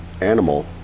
animal